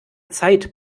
zeit